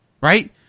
right